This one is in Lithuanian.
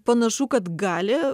panašu kad gali